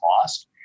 cost